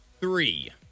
three